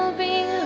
ah be